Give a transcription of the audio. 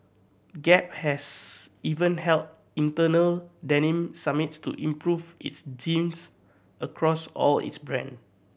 gap has even held internal denim summits to improve its jeans across all its brand